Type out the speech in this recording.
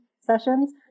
sessions